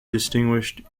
distinguished